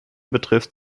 betrifft